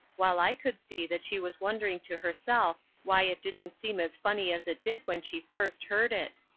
while i could see that she was wondering to herself why it didn't seem as funny as it did when she first heard it.